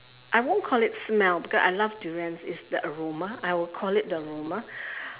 I won't call it smell because I love durian it's the aroma I will call it aroma